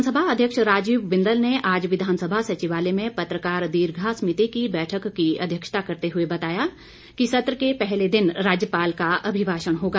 विधानसभा अध्यक्ष राजीव बिंदल ने आज विधानसभा सचिवालय में पत्रकार दीर्घा समिति की बैठक की अध्यक्षता करते हुए बताया कि सत्र के पहले दिन राज्यपाल का अभिभाषण होगा